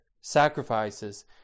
sacrifices